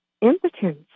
impotence